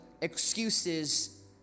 excuses